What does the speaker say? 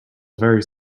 very